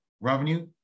revenue